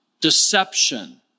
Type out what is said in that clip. deception